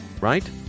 right